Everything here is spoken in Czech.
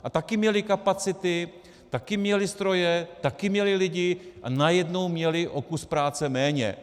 A taky měly kapacity, taky měly stroje, taky měly lidi a najednou měly o kus práce méně.